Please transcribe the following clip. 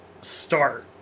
start